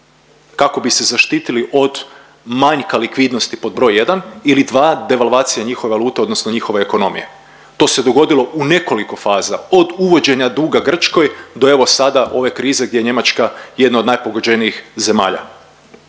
kako bi se zaštitili od manjka likvidnosti pod broj jedan, ili dva devalvacija njihove valute odnosno njihove ekonomije. To se dogodilo u nekoliko faza, od uvođenja duga Grčkoj do evo sada ove krize gdje je Njemačka jedna od najpogođenijih zemalja.